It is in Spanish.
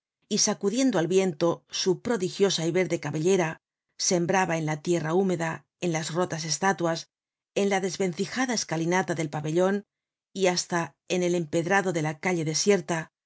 y sacudiendo al viento su prodigiosa y verde cabellera sembraba en la tierra húmeda en las rotas estatuas en la desvencijada escalinata del pabellon y hasta en el empedrado de la calle desierta